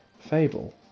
Fable